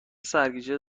سرگیجه